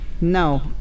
no